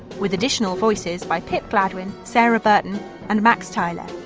with additional voices by pip gladwin, sarah burton and max tyler.